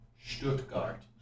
stuttgart